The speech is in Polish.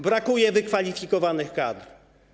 Brakuje wykwalifikowanych kadr.